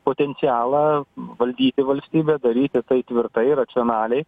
potencialą valdyti valstybę daryti tai tvirtai racionaliai